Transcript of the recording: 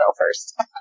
first